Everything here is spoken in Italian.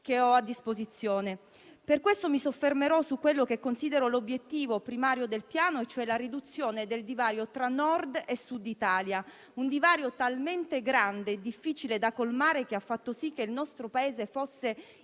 che ho a disposizione. Per tale motivo mi soffermerò su ciò che considero l'obiettivo primario del Piano: la riduzione del divario tra Nord e Sud Italia; un divario talmente grande e difficile da colmare che ha fatto sì che il nostro Paese fosse